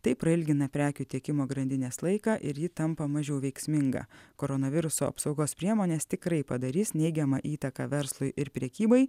tai prailgina prekių tiekimo grandinės laiką ir ji tampa mažiau veiksminga koronaviruso apsaugos priemonės tikrai padarys neigiamą įtaką verslui ir prekybai